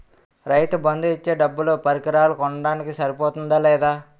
రైతు బందు ఇచ్చే డబ్బులు పరికరాలు కొనడానికి సరిపోతుందా లేదా?